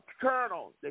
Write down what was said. Colonel